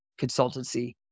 consultancy